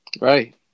Right